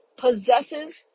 possesses